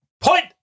Point